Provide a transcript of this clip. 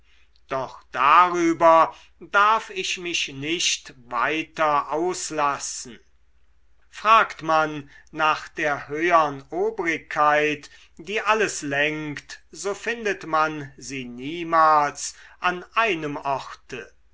doch darüber darf ich mich nicht weiter auslassen fragt man nach der höhern obrigkeit die alles lenkt so findet man sie niemals an einem orte